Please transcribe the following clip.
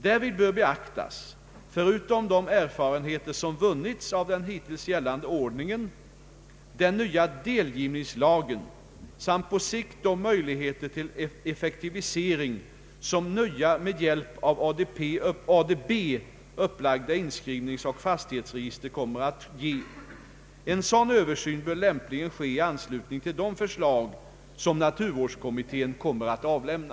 Därvid bör beaktas, förutom de erfarenheter som vunnits av den hittills gällande ordningen, den nya delgivningslagen samt på sikt de möjligheter till effektivisering som nya med hjälp av ADB upplagda inskrivningsoch fastighetsregister kommer att ge. En sådan översyn bör lämpligen ske i anslutning till de förslag som naturvårdskommittén kommer att avlämna.